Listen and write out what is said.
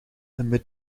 amid